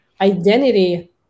identity